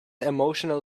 emotional